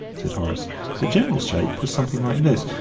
said horace the general shape was something like this.